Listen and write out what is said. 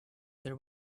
there